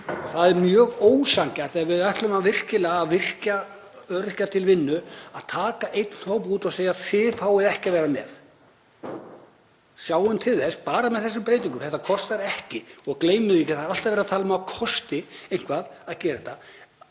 Það er mjög ósanngjarnt þegar við ætlum virkilega að virkja öryrkja til vinnu að taka einn hóp út og segja: Þið fáið ekki að vera með. Sjáum til þess, bara með þessum breytingum, að þeir verði með. Þetta kostar ekki og gleymum því ekki að það er alltaf verið að tala um að það kosti eitthvað að gera þetta.